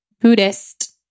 Buddhist